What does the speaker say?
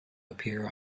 appear